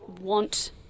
want